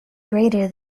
greater